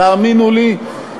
תאמינו לי,